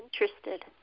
interested